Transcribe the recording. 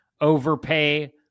overpay